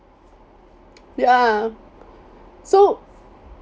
ya so